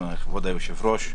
כבוד היושב-ראש,